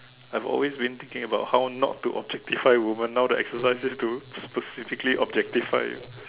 I've always been thinking about how not to objectify women now the exercise is to specifically objectify